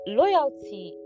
loyalty